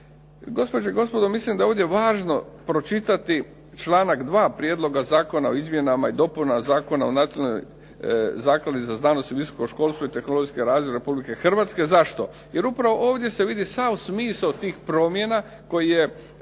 Gospođe i gospodo mislim da je ovdje važno pročitati članak 2. Prijedloga zakona o izmjenama i dopunama Zakona o Nacionalnoj nakladi za znanost i visoko školstvo i tehnologijski razvoj Republike Hrvatske. Zašto? Jer upravo ovdje se vidi sav smisao tih promjena koji je